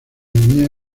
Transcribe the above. nueva